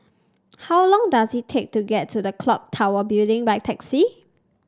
how long does it take to get to the clock Tower Building by taxi